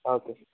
okay